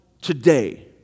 today